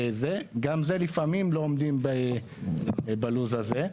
גם זה לפעמים לא עומדים בלוז הזה,